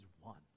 one